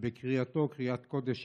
שבקריאתו קריאת קודש,